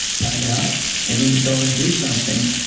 timeout and then you go and do something.